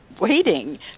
waiting